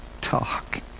talk